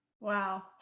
Wow